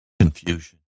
confusion